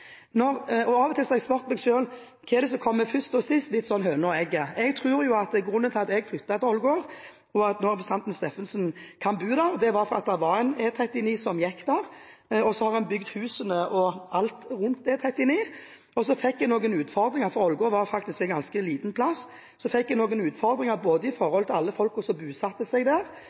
Av og til har jeg spurt meg selv om hva som kommer først og sist, litt sånn høna og egget. Jeg tror at grunnen til at jeg flyttet til Ålgård, og at representanten Steffensen kan bo der nå, var at E39 gikk der. En har bygd husene og alt rundt E39, og så fikk en også noen utfordringer, for Ålgård er en ganske liten plass. En fikk utfordringer både med alle som bosatte seg der, og ikke minst med industrien og næringslivet som